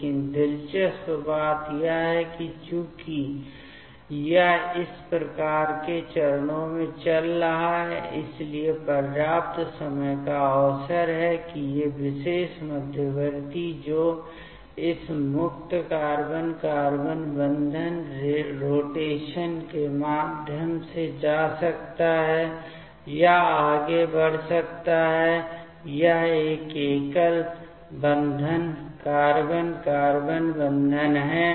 लेकिन दिलचस्प बात यह है कि चूंकि यह इस प्रकार के चरणों में चल रहा है इसलिए पर्याप्त समय का अवसर है कि ये विशेष मध्यवर्ती जो इस मुक्त कार्बन कार्बन बंधन रोटेशन के माध्यम से जा सकते हैं या आगे बढ़ सकते हैं यह एक एकल बंधन कार्बन कार्बन बंधन है